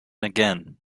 again